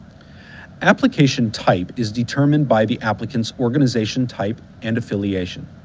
application type is determined by the applicant's organization type and affiliation.